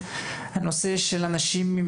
הנושא של אנשים עם